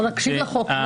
לא נקשיב לחוק?